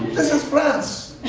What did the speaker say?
this is france,